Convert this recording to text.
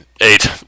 eight